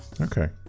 Okay